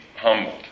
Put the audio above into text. humbled